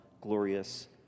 glorious